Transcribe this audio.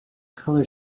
color